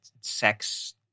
sex